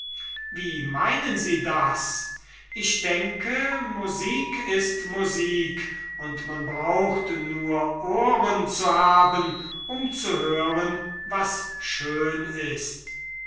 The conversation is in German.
wie meinen sie das ich denke musik ist musik und man braucht nur ohren zu haben um zu hören was schön ist